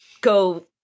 go